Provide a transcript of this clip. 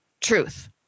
truth